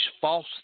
false